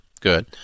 good